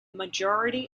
majority